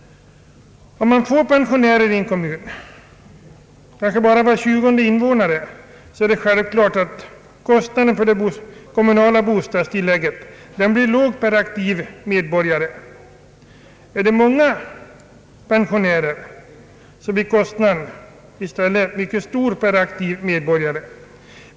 Om bara var tjugonde invånare i en kommun är folkpensionär blir kostnaden per aktiv medborgare för det kommunala bostadstillägget låg. Finns det många pensionärer i en kommun blir kostnaden mycket hög per aktiv medborgare.